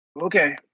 Okay